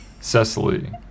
Cecily